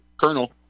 Colonel